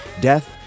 death